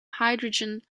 hydrogen